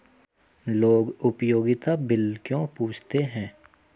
लोग उपयोगिता बिल क्यों पूछते हैं?